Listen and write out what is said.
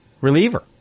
reliever